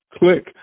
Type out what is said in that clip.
click